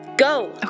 Go